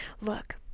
Look